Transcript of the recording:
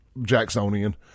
Jacksonian